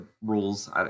rules